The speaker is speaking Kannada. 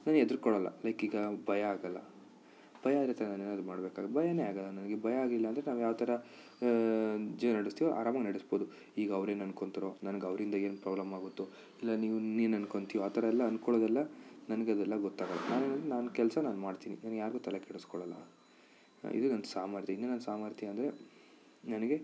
ನಾನು ಹೆದುರ್ಕೊಳಲ್ಲ ಲೈಕ್ ಈಗ ಭಯ ಆಗಲ್ಲ ಭಯ ಇರುತ್ತೆ ನಾನೇನಾದ್ರು ಮಾಡಬೇಕಾದ್ರೆ ಭಯನೇ ಆಗಲ್ಲ ನನಗೆ ಭಯ ಆಗಿಲ್ಲ ಅಂದರೆ ನಾವು ಯಾವ ಥರ ಜೀವನ ನಡೆಸ್ತೀವೊ ಆರಾಮಾಗಿ ನಡೆಸ್ಬೋದು ಈಗ ಅವ್ರೇನಂದ್ಕೊಳ್ತಾರೊ ನನ್ಗೆ ಅವರಿಂದ ಏನು ಪ್ರಾಬ್ಲಮ್ ಆಗುತ್ತೊ ಇಲ್ಲ ನೀವು ಇನ್ನೇನು ಅಂದ್ಕೊಳ್ತೀಯೊ ಆ ಥರ ಎಲ್ಲ ಅಂದ್ಕೊಳ್ಳೊದೆಲ್ಲ ನನ್ಗೆ ಅದೆಲ್ಲ ಗೊತ್ತಾಗಲ್ಲ ನಾನಿರೋದು ನನ್ನ ಕೆಲಸ ನಾನು ಮಾಡ್ತೀನಿ ನಾನು ಯಾರಿಗೂ ತಲೆ ಕೆಡಿಸ್ಕೊಳ್ಳಲ್ಲ ಇದು ನನ್ನ ಸಾಮರ್ತ್ಯ ಇದನ್ನ ನನ್ನ ಸಾಮರ್ಥ್ಯ ಅಂದರೆ ನನಗೆ